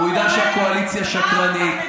הוא ידע שהקואליציה שקרנית.